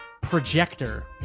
projector